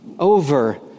Over